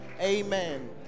Amen